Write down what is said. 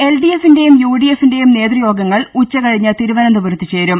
എൽഡിഎഫിന്റെയും യുഡിഎഫിന്റെയും നേതൃയോഗങ്ങൾ ഉച്ച് കഴിഞ്ഞ് തിരുവനന്തപുരത്ത് പേരും